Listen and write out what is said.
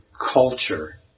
culture